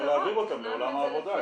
גם אפשר להעביר אותם לעולם העבודה.